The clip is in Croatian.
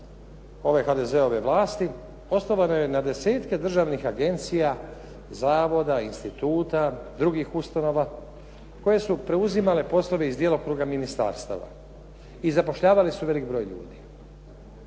ove HDZ-ove vlasti osnovano je na desetke državnih agencija, zavoda, instituta, drugih ustanova koje su preuzimale poslove iz djelokruga ministarstava i zapošljavale su velik broj ljudi.